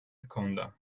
ჰქონდა